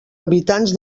habitants